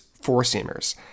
four-seamers